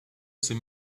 ces